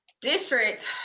district